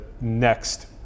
Next